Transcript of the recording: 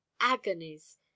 agonies